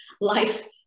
life